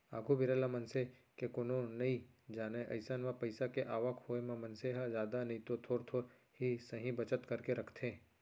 आघु बेरा ल मनसे के कोनो नइ जानय अइसन म पइसा के आवक होय म मनसे ह जादा नइतो थोर थोर ही सही बचत करके रखथे